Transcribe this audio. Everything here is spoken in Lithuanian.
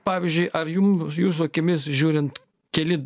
pavyzdžiui ar jum jūsų akimis žiūrint keli